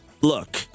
look